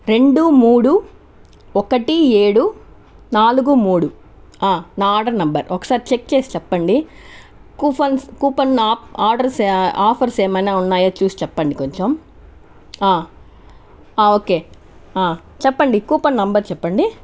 రెండు మూడు ఒకటి ఏడు నాలుగు మూడు నా ఆర్డర్ నంబర్ ఒకసారి చెక్ చేసి చెప్పండి కుఫాన్ కూపన్ ఆర్డర్స్ ఆఫర్స్ ఏమన్నా ఉన్నాయా చూసి చెప్పండి కొంచెం ఓకే చెప్పండి కూపన్ నంబర్ చెప్పండి